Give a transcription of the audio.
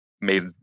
made